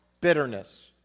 Bitterness